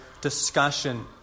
discussion